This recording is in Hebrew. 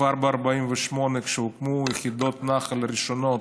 כבר ב-48', כשהוקמו יחידות נח"ל ראשונות,